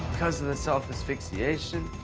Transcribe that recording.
because of the self-asphyxiation,